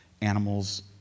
animals